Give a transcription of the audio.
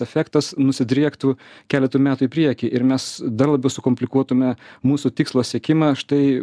efektas nusidriektų keletu metų į priekį ir mes dar labiau sukomplikuotume mūsų tikslo siekimą štai